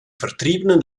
vertriebenen